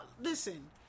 listen